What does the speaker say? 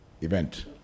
Event